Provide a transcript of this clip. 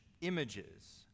images